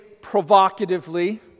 provocatively